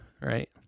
right